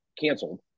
canceled